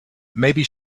maybe